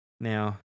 Now